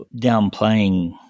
downplaying